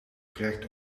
correct